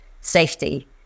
safety